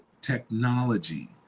technology